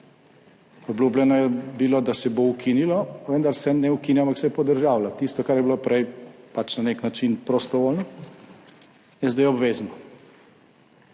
Obljubljeno je bilo, da se bo ukinilo, vendar se ne ukinja, ampak se podržavlja. Tisto, kar je bilo prej pač na nek način prostovoljno, je zdaj obvezno.